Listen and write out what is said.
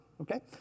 Okay